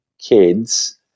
kids